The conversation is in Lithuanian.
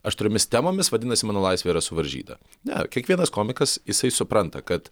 aštriomis temomis vadinasi mano laisvė yra suvaržyta ne kiekvienas komikas jisai supranta kad